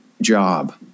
job